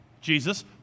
Jesus